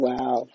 Wow